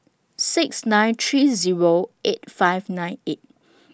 six nine three Zero eight five nine eight